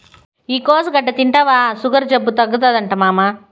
ఈ కోసుగడ్డ తింటివా సుగర్ జబ్బు తగ్గుతాదట మామా